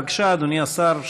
בבקשה, אדוני השר.